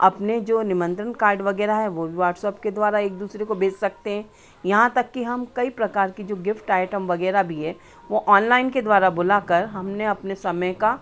अपने जो निमंत्रण कार्ड वग़ैरह हैं वे भी व्हाटसप के द्वारा एक दूसरे को भेज सकते हैं यहाँ तक कइ हम कई प्रकार के जो गिफ्ट आइटम वग़ैरह भी है वह ओनलाइन के द्वारा बुला कर हमने अपने समय का